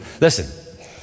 Listen